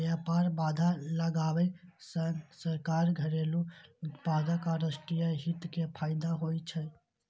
व्यापार बाधा लगाबै सं सरकार, घरेलू उत्पादक आ राष्ट्रीय हित कें फायदा होइ छै